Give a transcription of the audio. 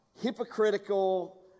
hypocritical